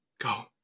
go